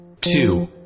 two